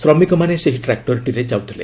ଶ୍ରମିକମାନେ ସେହି ଟ୍ରାକ୍ଟରଟିରେ ଯାଉଥିଲେ